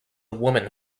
woman